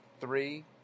three